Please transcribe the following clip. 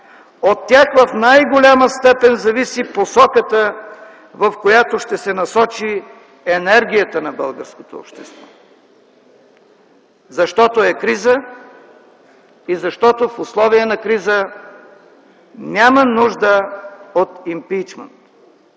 От тях в най-голяма степен зависи посоката, в която ще се насочи енергията на българското общество, защото е криза и защото в условия на криза няма нужда от импийчмънт.